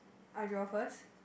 I draw first